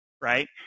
right